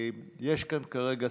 יש כאן שרה כרגע,